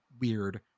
weird